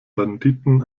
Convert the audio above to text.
banditen